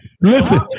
Listen